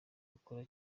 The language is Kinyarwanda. gukora